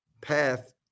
path